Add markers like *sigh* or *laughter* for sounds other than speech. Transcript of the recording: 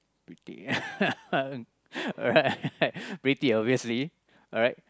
pretty *laughs* alright *laughs* pretty obviously alright